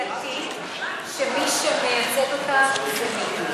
סיעתית שמי שמייצג אותנו זה מיקי.